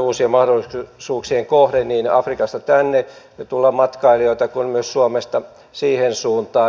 uusien mahdollisuuksien kohde niin afrikasta tänne tulla matkailijoita kuin myös suomesta siihen suuntaan